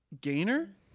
gainer